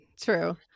true